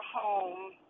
home